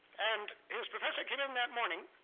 and he was professor came in that morning,